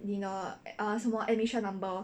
你的 err 什么 admission number